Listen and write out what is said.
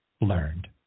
learned